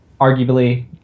arguably